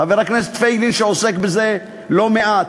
חבר הכנסת פייגלין, שעוסק בזה לא מעט.